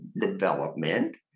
development